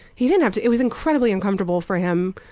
he didn't have to it was incredibly uncomfortable for him.